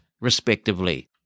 respectively